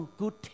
good